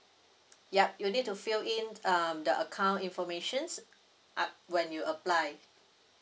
yup you need to fill in um the account informations up when you applied